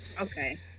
Okay